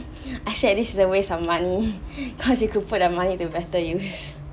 I said this is a waste of money because you could put the money to better use